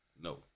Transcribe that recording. No